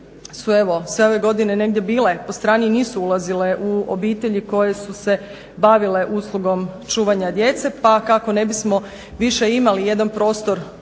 sve ove godine negdje bile po strani i nisu ulazile u obitelji koje su se bavile uslugom čuvanja djece pa kako ne bismo više imali jedan prostor